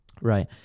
Right